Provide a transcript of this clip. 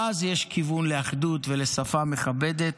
אז יש כיוון לאחדות ולשפה מכבדת.